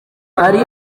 hari